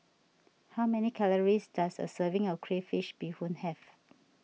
how many calories does a serving of Crayfish BeeHoon have